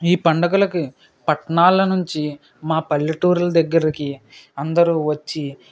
ఈ పండుగలకి పట్టణాల నుంచి మా పల్లెటూర్ల దగ్గరకి అందరు వచ్చి